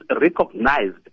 recognized